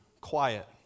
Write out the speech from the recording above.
quiet